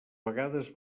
vegades